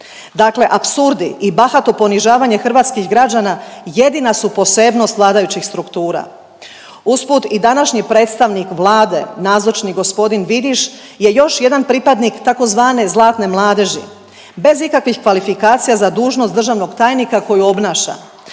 Dakle, apsurdi i bahato ponižavanje hrvatskih građana jedina su posebnost vladajućih struktura. Usput i današnji predstavnik Vlade, nazočni g. Vidiš je još jedan pripadnik tzv. zlatne mladeži. Bez ikakvih kvalifikacija za dužnost državnog tajnika koju obnaša.